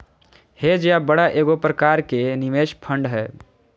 hedge या बाड़ा एगो प्रकार के निवेश फंड हय